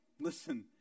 Listen